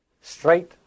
straight